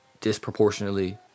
disproportionately